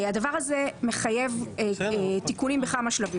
הדבר הזה מחייב תיקונים בכמה שלבים.